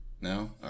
No